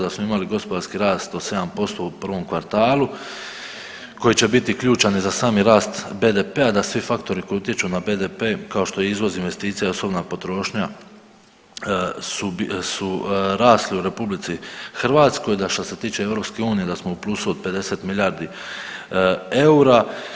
Da smo imali gospodarski rast od 7% u prvom kvartalu koji će biti ključan i za sami rast BDP-a, da svi faktori koji utječu na BDP kao što je izvoz investicija i osobna potrošnja su rasli u RH, da što se tiče EU da smo u plusu od 50 milijardi eura.